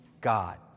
God